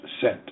sent